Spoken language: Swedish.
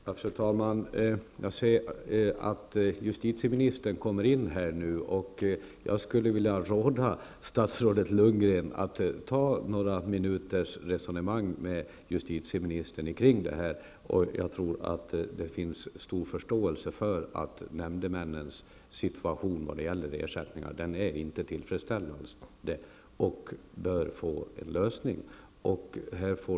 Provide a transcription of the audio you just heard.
Fru talman! Jag ser att justitieministern nu kommer in i kammaren. Jag skulle vilja råda statsrådet Lundgren att ta några minuters resonemang med justitieministern kring detta. Jag tror att det finns stor förståelse för att nämndemännens situation när det gäller ersättningar inte är tillfredsställande. Den frågan bör få en lösning.